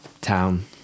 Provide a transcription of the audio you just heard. town